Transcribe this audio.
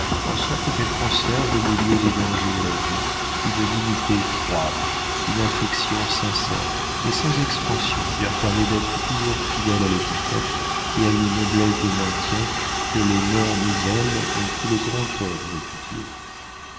en sorte qu'elles conservent au milieu des dangers de la vie une dignité froide une affection sincère mais sans expansion qui leur permet d'être toujours fidèles à l'étiquette et à une noblesse de maintien que les mœurs nouvelles ont eu le grand tort de répudier